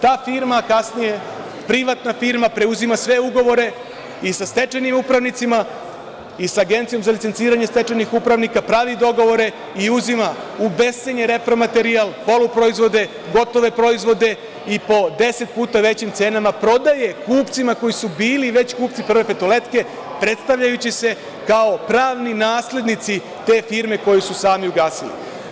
Ta firma kasnije, privatna firma, preuzima sve ugovore i sa stečajnim upravnicima i sa Agencijom za licenciranje stečajnih upravnika pravi dogovore i uzima u bescenje repromaterijal, poluproizvode, gotove proizvode i po deset puta većim cenama prodaje kupcima koji su bili već kupci „Prve petoletke“ predstavljajući se kao pravni naslednici te firme koju su sami ugasili.